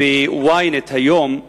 ב-Ynet היום,